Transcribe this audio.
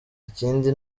ikindi